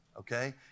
Okay